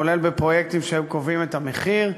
כולל בפרויקטים שהם קובעים את המחיר,